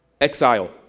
Exile